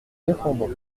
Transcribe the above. défendons